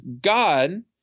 God